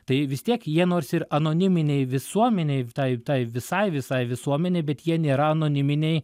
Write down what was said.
tai vis tiek jie nors ir anoniminiai visuomenei tai tai visai visai visuomenei bet jie nėra anoniminiai